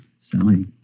Sally